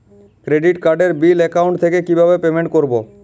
Credit কার্ডের bill account থেকে কিভাবে পেমেন্ট করবো?